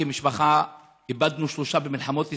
כמשפחה איבדנו שלושה במלחמות ישראל,